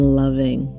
loving